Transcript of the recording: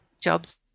jobs